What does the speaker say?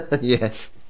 Yes